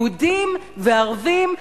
יהודים וערבים,